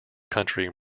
country